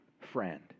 friend